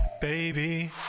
baby